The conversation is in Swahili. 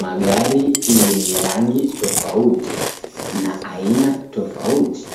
Magari yenye rangi tofauti na aina tofauti,